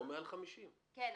לא מעל 50%. כן,